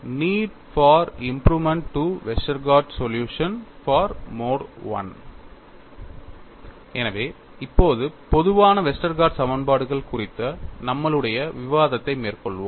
NEET for improvement to Westergaard solution for mode I எனவே இப்போது பொதுவான வெஸ்டர்கார்ட் சமன்பாடுகள் குறித்த நம்மளுடைய விவாதத்தை மேற்கொள்வோம்